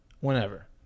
Whenever